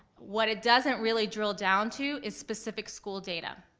what it doesn't really drill down to is specific school data.